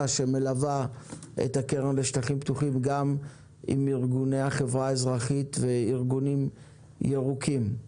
שמלווה את הקרן לשטחים פתוחים גם עם ארגוני החברה האזרחית וארגונים ירוקים.